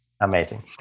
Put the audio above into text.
Amazing